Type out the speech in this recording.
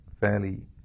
fairly